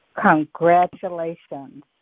Congratulations